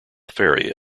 ferry